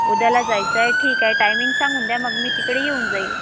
उद्याला जायचं आहे ठीक आहे टायमिंग सांगून द्या मग मी तिकडे येऊन जाईल